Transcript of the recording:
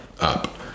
up